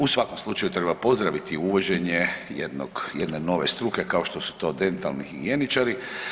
U svakom slučaju treba pozdraviti uvođenje jednog, jedne nove struke kao što su to dentalni higijeničari.